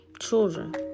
Children